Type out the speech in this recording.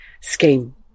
Scheme